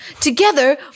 Together